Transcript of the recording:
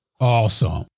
Awesome